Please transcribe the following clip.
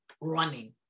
running